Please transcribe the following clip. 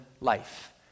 life